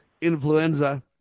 influenza